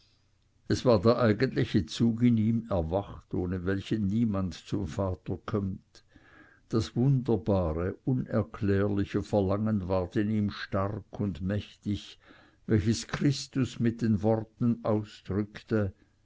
es war der eigentliche zug in ihm erwacht ohne welchen niemand zum vater kömmt das wunderbare unerklärliche verlangen ward in ihm stark und mächtig welches christus mit den worten ausdrückte